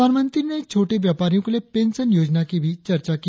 प्रधानमंत्री छोटे व्यापारियों के लिए पेंशन योजना की भी चर्चा की